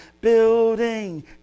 building